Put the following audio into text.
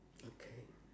okay